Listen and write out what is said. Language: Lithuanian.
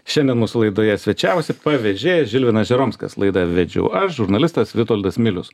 šiandien mūsų laidoje svečiavosi pavežėjęs žilvinas žeromskas laidą vedžiau aš žurnalistas vitoldas milius